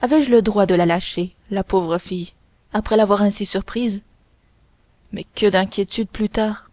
avais-je le droit de la lâcher la pauvre fille après l'avoir ainsi surprise mais que d'inquiétudes plus tard